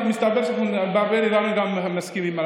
מסתבר שאנחנו בהרבה דברים גם מסכימים,